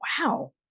Wow